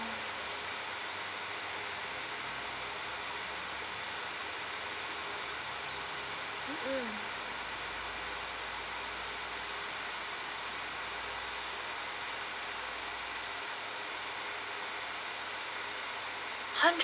mmhmm hundred